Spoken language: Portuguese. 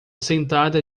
sentada